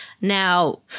Now